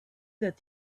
that